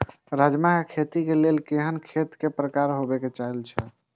राजमा के खेती के लेल केहेन खेत केय प्रकार होबाक जरुरी छल?